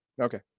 Okay